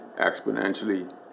exponentially